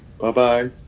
Bye-bye